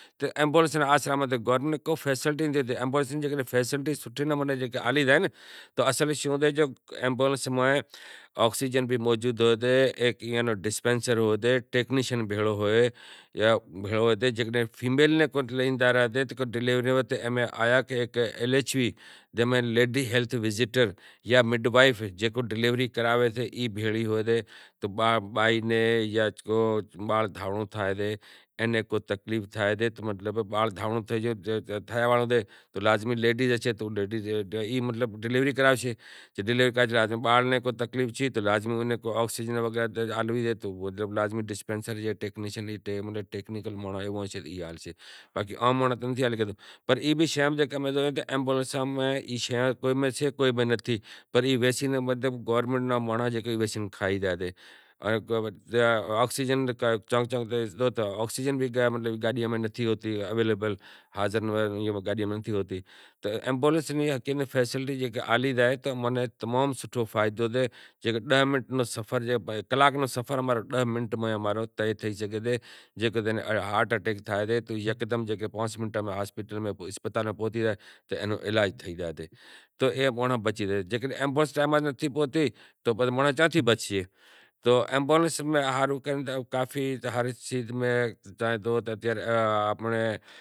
تو ایمبولینس نی گورمینٹ کو فیسلٹی نہیں ڈیدھی جے ایمبولینس صحیح ہالی زائے تو شوں تھائے ایمبولینس میں آکسیجن بھی موجود ہوسے ہیک ڈسپینسر ہیک ٹیکنیشن بھی بھیڑو ہوشے جے فیمیل ناں ڈلیوری ناں لئی زائیں تو آیا ایل ایچھ وی لیڈی ہیلتھ ورکر جاں مڈ وائیف جو ڈلیوری کرائے ای بھیڑی ہوسے تو بائی نیں جاں کو باڑ تھانڑو تھائیسے جاں کو تکلیف تھائے تو لیڈیز ہوسے تو ای مطلب ڈلیوری کراسے باقی عام مانڑو ناں ہالے۔ آکسیجن بھی گاڈیاں ماں نتھی ہوتی اویلیبل تو امیبولینس نی فیسلٹی آلی زائے تو تمام سوٹھو فائدو ڈے جیکڈینہں ڈہ منٹ جے کلاک نو سفر ڈاہ منٹ میں طئی تھائے شگھے جے ہارٹ اٹیک تھے تو یکدم پانس منٹاں میں اسپتالاں میں پوہچی زائے تو اینو علاج تھئی زائے تو اے مانڑاں بچی جائیں جے ایمبولینس ناں پوہچی تو مانڑو چاں تھیں بچشیں تو ایمبولینس ہاروں کافی کیدہو زائے تو